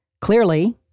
Clearly